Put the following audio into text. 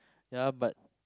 ya but